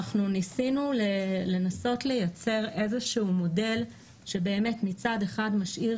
ניסינו לנסות לייצור מודל שמצד אחד משאיר